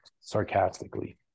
sarcastically